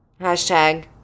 Hashtag